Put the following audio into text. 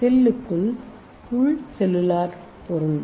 செல்லுக்குள் உள் செல்லுலார் பொருள்